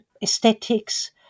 aesthetics